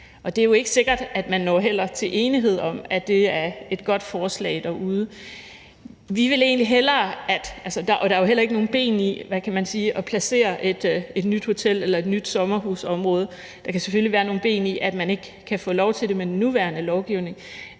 heller ikke sikkert, at man når til enighed derude om, at det er et godt forslag. Der er jo heller ikke nogen ben i at placere et nyt hotel eller et nyt sommerhusområde, men der kan selvfølgelig være nogle ben i det, ved at man ikke kan få lov til det med den nuværende lovgivning.